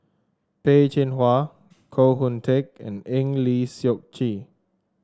Peh Chin Hua Koh Hoon Teck and Eng Lee Seok Chee